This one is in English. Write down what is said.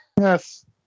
Yes